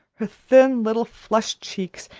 her thin little flushed cheeks,